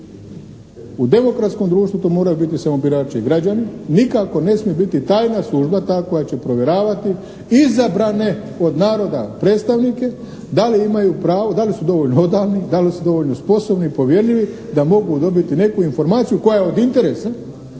U demokratskom društvu to moraju biti samo birači građani, nikako ne smije biti tajna služba ta koja će provjeravati izabrane od naroda predstavnike da li imaju pravo, da li su dovoljno odani, da li su dovoljno sposobni i povjerljivi da mogu dobiti neku informaciju koja je od interesa